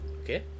Okay